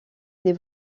des